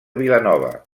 vilanova